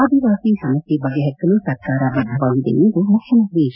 ಆದಿವಾಸಿ ಸಮಸ್ಯೆಗಳನ್ನು ಬಗೆಪರಿಸಲು ಸರ್ಕಾರ ಬದ್ಧವಾಗಿದೆ ಎಂದು ಮುಖ್ಯಮಂತ್ರಿ ಎಚ್